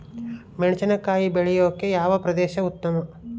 ಮೆಣಸಿನಕಾಯಿ ಬೆಳೆಯೊಕೆ ಯಾವ ಪ್ರದೇಶ ಉತ್ತಮ?